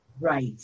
Right